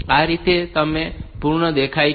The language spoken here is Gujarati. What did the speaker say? તો આ રીતે પછી તે પૂર્ણ દેખાય છે